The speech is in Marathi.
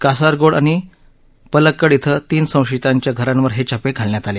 कासारगोड आणि पलक्कड इथं तीन संशयितांच्या घरांवर हे छापे घालण्यात आले